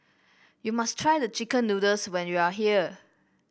you must try the chicken noodles when you are here